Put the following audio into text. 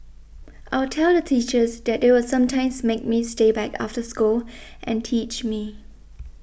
I'll tell the teachers that they will sometimes make me stay back after school and teach me